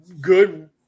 good